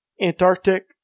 Antarctic